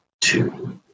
two